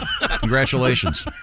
congratulations